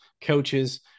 coaches